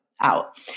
out